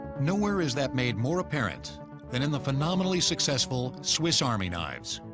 nowhere is that made more apparent than in the phenomenally successful swiss army knives.